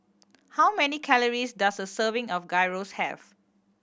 how many calories does a serving of Gyros have